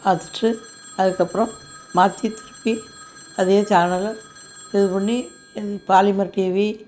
பார்த்துட்டு அதுக்கப்றம் மாற்றி திருப்பி அதே சேனலை இது பண்ணி இது பாலிமர் டிவி